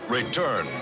return